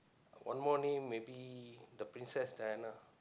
one more name maybe the princess Diana